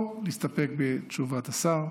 או להסתפק בתשובת השר.